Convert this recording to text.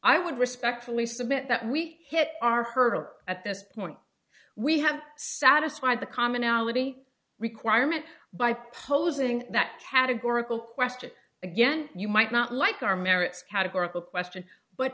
i would respectfully submit that we hit our hurt at this point we have satisfied the commonality requirement by posing that categorical question again you might not like our merits categorical question but